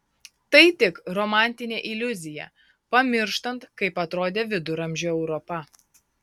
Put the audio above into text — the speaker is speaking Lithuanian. tai tik romantinė iliuzija pamirštant kaip atrodė viduramžių europa